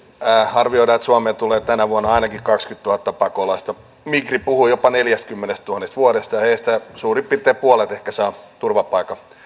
arvioidaan että suomeen tulee tänä vuonna ainakin kaksikymmentätuhatta pakolaista migri puhuu jopa neljästäkymmenestätuhannesta vuodessa ja heistä suurin piirtein puolet ehkä saa turvapaikan